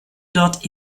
dort